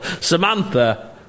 Samantha